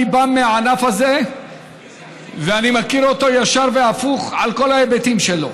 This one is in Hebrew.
אני בא מהענף הזה ואני מכיר אותו ישר והפוך על כל ההיבטים שלו.